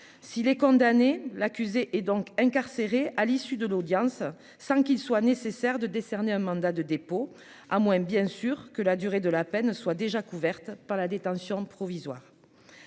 si les condamné l'accusé et donc incarcéré à l'issue de l'audience sans qu'il soit nécessaire de décerner un mandat de dépôt à moins bien sûr que la durée de la peine soit déjà couverte par la détention provisoire,